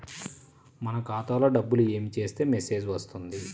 మన ఖాతాలో డబ్బులు ఏమి చేస్తే మెసేజ్ వస్తుంది?